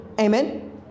amen